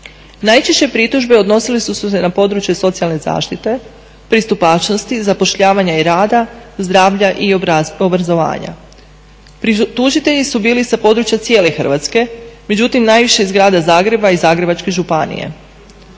Najčešće pritužbe odnosile su se na područje socijalne zaštite, pristupačnosti, zapošljavanja i rada, zdravlja i obrazovanja. Tužitelji su bili sa područja cijele Hrvatske, međutim najviše iz grada Zagreba i Zagrebačke županije.